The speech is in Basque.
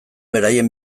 beraien